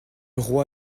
roi